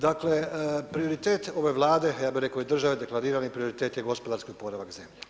Dakle, prioritet ove Vlade, ja bi rekao i države, deklarirani prioritet je gospodarski oporavak zemlje.